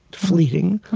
fleeting.